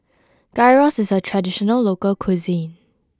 Gyros is a traditional local cuisine